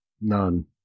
None